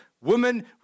women